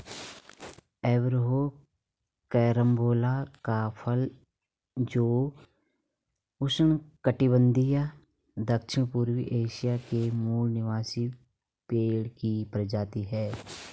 Averrhoa carambola का फल है जो उष्णकटिबंधीय दक्षिणपूर्व एशिया के मूल निवासी पेड़ की प्रजाति है